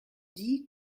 dit